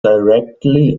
directly